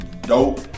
dope